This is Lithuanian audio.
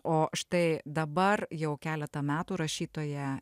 o štai dabar jau keletą metų rašytoja